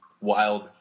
wild